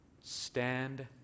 Stand